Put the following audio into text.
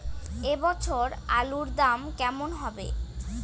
এ বছর আলুর দাম কেমন হবে?